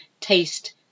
taste